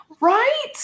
Right